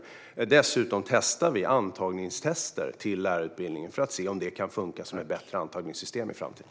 Vi gör dessutom försök med antagningstester för lärarutbildningen för att se om det kan funka som ett bättre antagningssystem i framtiden.